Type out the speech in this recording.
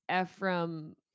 Ephraim